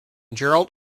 gerald